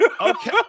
Okay